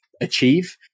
achieve